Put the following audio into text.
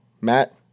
Matt